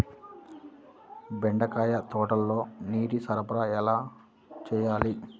బెండకాయ తోటలో నీటి సరఫరా ఎలా చేయాలి?